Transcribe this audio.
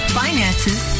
finances